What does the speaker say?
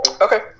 Okay